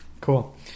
Cool